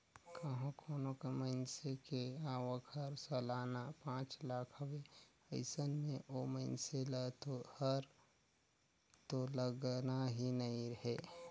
कंहो कोनो मइनसे के आवक हर सलाना पांच लाख हवे अइसन में ओ मइनसे ल तो कर तो लगना ही नइ हे